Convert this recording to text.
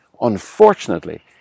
Unfortunately